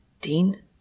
Dean